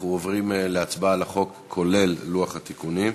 אנחנו עוברים להצבעה על החוק, כולל לוח התיקונים.